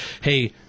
hey